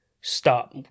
Stop